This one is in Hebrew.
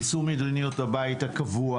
יישום מדיניות הבית הקבוע,